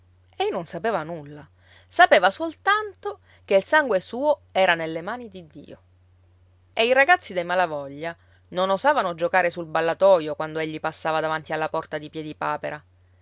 ei non sapeva nulla sapeva soltanto che il sangue suo era nelle mani di dio e i ragazzi dei malavoglia non osavano giocare sul ballatoio quando egli passava davanti alla porta di